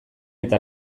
eta